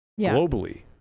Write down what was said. globally